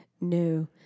No